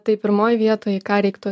tai pirmoj vietoj į ką reiktų